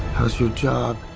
how's your job.